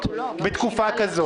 תודה רבה.